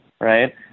right